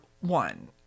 one